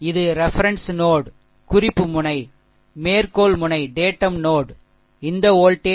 இது reference node குறிப்பு முனை மேற்கோள்முனை டேட்டம் நோட் இந்த வோல்டேஜ் V0 0 க்கு சமம் சரி